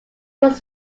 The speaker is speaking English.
was